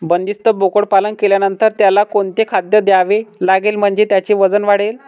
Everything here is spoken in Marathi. बंदिस्त बोकडपालन केल्यानंतर त्याला कोणते खाद्य द्यावे लागेल म्हणजे त्याचे वजन वाढेल?